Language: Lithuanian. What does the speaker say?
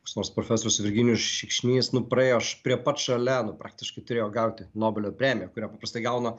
koks nors profesorius virginijus šikšnys nu praėjo prie pat šalia praktiškai turėjo gauti nobelio premiją kurią paprastai gauna